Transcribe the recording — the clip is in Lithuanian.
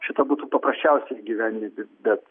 šitą būtų paprasčiausia įgyvendinti bet